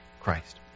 Christ